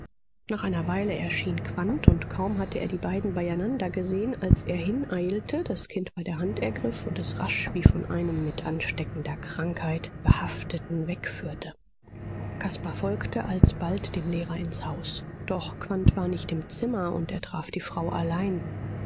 nach einer weile erschien quandt und kaum hatte er die beiden beieinander gesehen als er hineilte das kind bei der hand ergriff und es rasch wie von einem mit ansteckender krankheit behafteten wegführte caspar folgte alsbald dem lehrer ins haus doch quandt war nicht im zimmer und er traf die frau allein